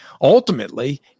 ultimately